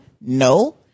No